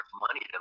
money